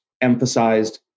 emphasized